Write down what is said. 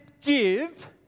give